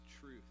truth